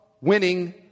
Winning